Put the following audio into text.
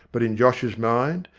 but in josh's mind,